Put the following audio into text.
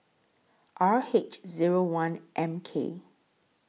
R H Zero one M K